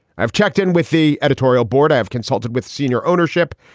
i've checked in with the editorial board. i have consulted with senior ownership.